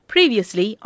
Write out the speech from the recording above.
previously